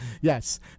Yes